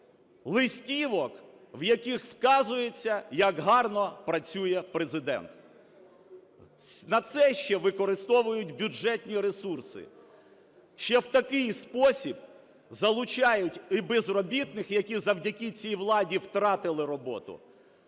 листівок, в яких вказується, як гарно працює Президент. На це ще використовують бюджетні ресурси, ще в такий спосіб залучають і безробітних, які завдяки цій владі втратили роботу,